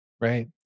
right